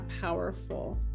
powerful